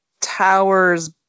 tower's